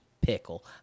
pickle